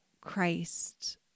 Christ